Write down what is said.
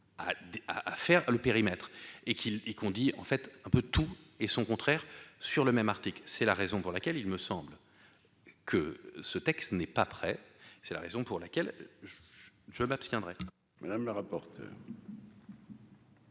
à faire le périmètre et qu'il y qu'on dit en fait un peu tout et son contraire sur le même article, c'est la raison pour laquelle il me semble que ce texte n'est pas prêt, c'est la raison pour laquelle je m'abstiendrai madame le rapporteur.